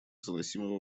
заносимого